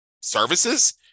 services